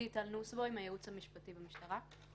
אני מהייעוץ המשפטי במשטרה.